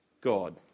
God